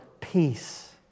peace